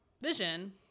Vision